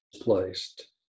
placed